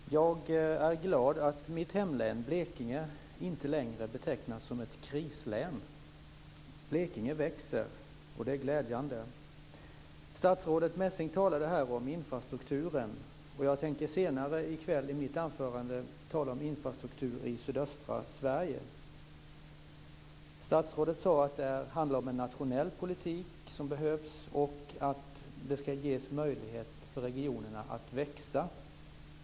Herr talman! Jag är glad att mitt hemlän Blekinge inte längre betecknas som ett krislän. Blekinge växer, och det är glädjande. Statsrådet Messing talade om infrastrukturen, och jag tänker senare i kväll i mitt anförande tala om infrastruktur i sydöstra Sverige. Statsrådet sade att det handlar om en nationell politik som behövs och att det ska ges möjlighet för regionerna att växa.